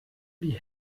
die